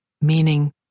meaning